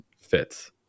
fits